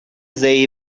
they